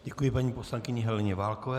Děkuji paní poslankyni Heleně Válkové.